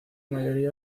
mayoría